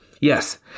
Yes